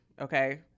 okay